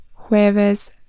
Jueves